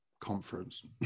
conference